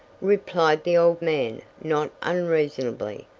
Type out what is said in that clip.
replied the old man not unreasonably,